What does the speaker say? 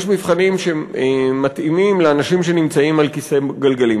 יש מבחנים שמתאימים לאנשים שנמצאים על כיסא גלגלים,